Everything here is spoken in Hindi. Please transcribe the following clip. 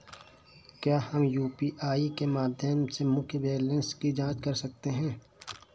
क्या हम यू.पी.आई के माध्यम से मुख्य बैंक बैलेंस की जाँच कर सकते हैं?